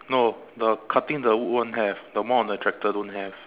no the cutting the wood one have the one on the tractor don't have